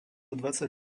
dvadsať